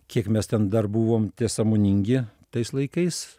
kiek mes ten dar buvom tie sąmoningi tais laikais